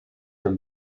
for